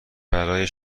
برای